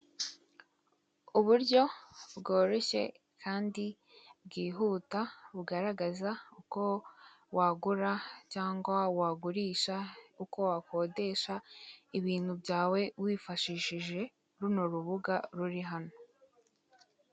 Uburyo bworoshye kandi bwihuta bugaragaza uko wagura cyangwa wagurisha, uko wakodesha ibintu byawe wifashishije runo rubuga ruri hano.